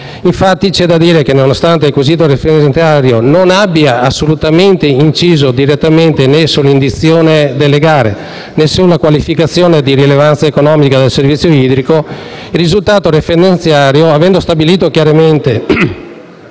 Infatti, nonostante il quesito referendario non abbia assolutamente inciso direttamente né sull'indizione delle gare, né sulla qualificazione di rilevanza economica del servizio idrico, il risultato referendario, avendo stabilito chiaramente